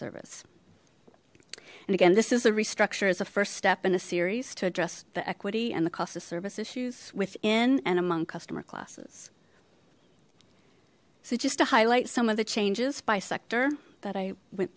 service and again this is a restructure is a first step in a series to address the equity and the cost of service issues within and among customer classes so just to highlight some of the changes by sector that i went